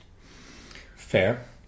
Fair